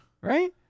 Right